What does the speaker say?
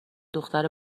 دختر